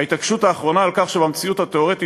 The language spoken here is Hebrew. ההתעקשות האחרונה על כך שבמציאות התיאורטית